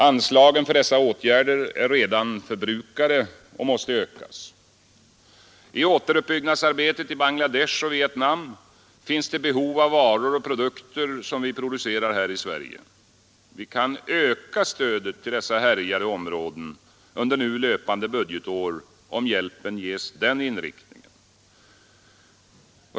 Anslagen för dessa åtgärder är redan förbrukade och måste ökas. I återuppbyggnadsarbetet i Bangladesh och Vietnam finns det behov av varor och produkter som vi producerar här i Sverige. Vi kan öka stödet till dessa härjade områden under nu löpande budgetår, om hjälpen ges den inriktningen.